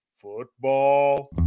Football